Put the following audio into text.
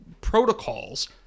protocols